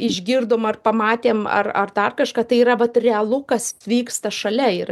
išgirdom ar pamatėm ar ar dar kažką tai yra vat realu kas vyksta šalia ir